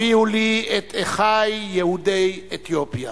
הביאו לי את אחי יהודי אתיופיה.